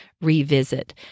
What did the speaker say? revisit